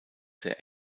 sehr